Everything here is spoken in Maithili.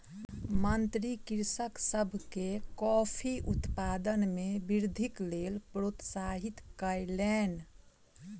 मंत्री कृषक सभ के कॉफ़ी उत्पादन मे वृद्धिक लेल प्रोत्साहित कयलैन